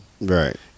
Right